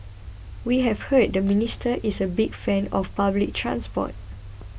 we have heard the minister is a big fan of public transport